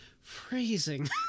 freezing